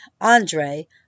Andre